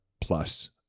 plus